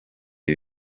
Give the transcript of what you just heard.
ibi